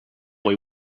boy